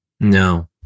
No